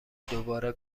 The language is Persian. دوباره